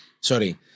sorry